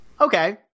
Okay